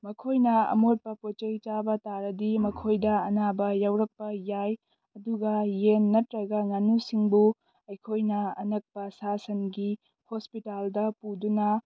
ꯃꯈꯣꯏꯅ ꯑꯃꯣꯠꯄ ꯄꯣꯠ ꯆꯩ ꯆꯥꯕ ꯇꯥꯔꯗꯤ ꯃꯈꯣꯏꯗ ꯑꯅꯥꯕ ꯌꯥꯎꯔꯛꯄ ꯌꯥꯏ ꯑꯗꯨꯒ ꯌꯦꯟ ꯅꯠꯇ꯭ꯔꯒ ꯉꯥꯅꯨꯁꯤꯡꯕꯨ ꯑꯩꯈꯣꯏꯅ ꯑꯅꯛꯄ ꯁꯥ ꯁꯟꯒꯤ ꯍꯣꯁꯄꯤꯇꯥꯜꯗ ꯄꯨꯗꯨꯅ